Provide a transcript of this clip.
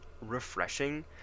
refreshing